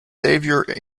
xavier